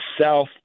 South